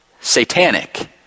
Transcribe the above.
satanic